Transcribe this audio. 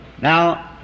Now